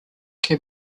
can